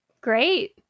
Great